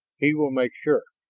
he will make sure.